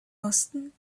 osten